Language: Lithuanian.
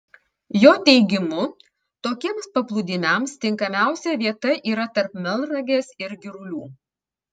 jo teigimu tokiems paplūdimiams tinkamiausia vieta yra tarp melnragės ir girulių